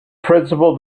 principle